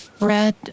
Red